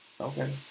Okay